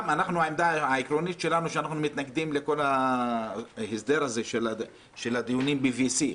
העמדה העקרונית שלנו היא שאנחנו מתנגדים לכל ההסדר הזה של הדיונים ב-VC,